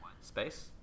space